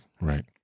right